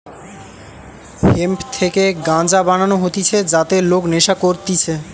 hemp থেকে গাঞ্জা বানানো হতিছে যাতে লোক নেশা করতিছে